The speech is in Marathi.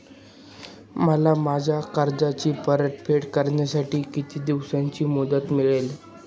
मला माझ्या कर्जाची परतफेड करण्यासाठी किती दिवसांची मुदत मिळेल?